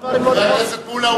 חבר הכנסת מולה,